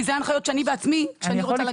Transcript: כי זה ההנחיות שאני בעצמי כשאני רוצה.